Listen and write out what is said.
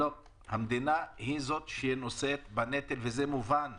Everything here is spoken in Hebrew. לא, המדינה היא שנושאת בנטל, וזה מובן וברור,